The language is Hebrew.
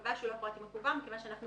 ייקבע שהוא לא פרט מכוון כיוון שאנחנו